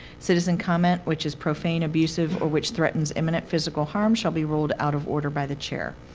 citizen comment which is profane, abusive, or which threatens imminent physical harm shall be ruled out of order by the chair.